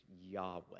Yahweh